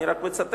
ואני רק מצטט,